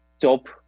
top